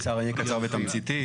אני אהיה קצר ותמציתי.